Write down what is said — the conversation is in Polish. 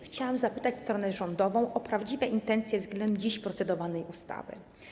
Chciałam zapytać stronę rządową o prawdziwe intencje względem dziś procedowanej ustawy.